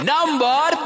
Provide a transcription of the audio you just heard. Number